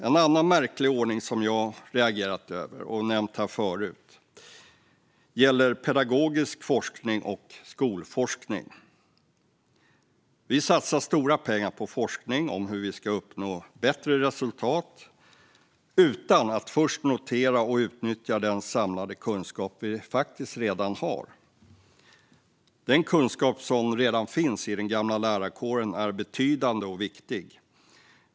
En annan märklig ordning som jag har reagerat på och nämnt förut gäller pedagogisk forskning och skolforskning. Man satsar stora pengar på forskning om hur vi ska nå bättre resultat, utan att man först noterar och utnyttjar den samlade kunskap som redan finns. Den kunskap som finns i den gamla lärarkåren är betydande och viktig.